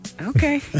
Okay